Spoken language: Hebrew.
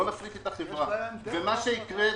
ומה שיקרה,